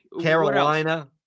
Carolina